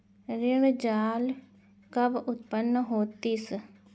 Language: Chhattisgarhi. ऋण जाल कब उत्पन्न होतिस?